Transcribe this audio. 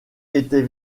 était